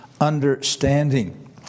understanding